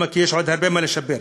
כי יש עוד הרבה מה לשפר.